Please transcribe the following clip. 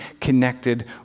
connected